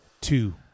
two